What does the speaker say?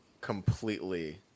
completely